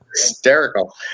Hysterical